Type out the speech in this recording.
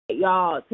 Y'all